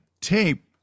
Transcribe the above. tape